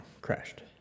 crashed